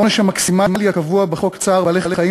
העונש המקסימלי הקבוע בחוק צער בעלי-חיים